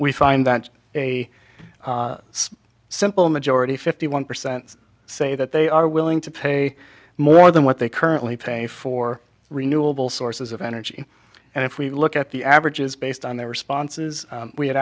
we find that a simple majority fifty one percent say that they are willing to pay more than what they currently pay for renewable sources of energy and if we look at the averages based on their responses we ha